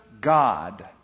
God